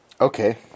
Okay